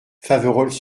faverolles